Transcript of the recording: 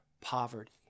poverty